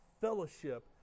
fellowship